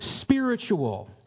spiritual